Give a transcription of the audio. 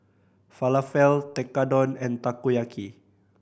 Falafel Tekkadon and Takoyaki